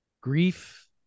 grief